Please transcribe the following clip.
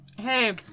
Hey